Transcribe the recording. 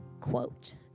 Quote